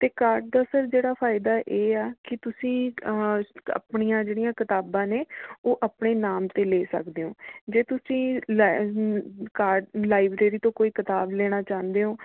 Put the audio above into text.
ਅਤੇ ਕਾਰਡ ਦਾ ਸਰ ਜਿਹੜਾ ਫਾਇਦਾ ਇਹ ਆ ਕਿ ਤੁਸੀਂ ਆਪਣੀਆਂ ਜਿਹੜੀਆਂ ਕਿਤਾਬਾਂ ਨੇ ਉਹ ਆਪਣੇ ਨਾਮ 'ਤੇ ਲੈ ਸਕਦੇ ਹੋ ਜੇ ਤੁਸੀਂ ਕਾਰਡ ਲਾਇਬ੍ਰੇਰੀ ਤੋਂ ਕੋਈ ਕਿਤਾਬ ਲੈਣਾ ਚਾਹੁੰਦੇ ਹੋ